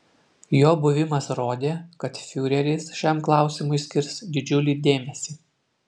jo buvimas rodė kad fiureris šiam klausimui skirs didžiulį dėmesį